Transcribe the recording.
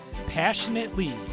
Passionately